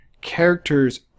characters